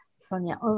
Sonia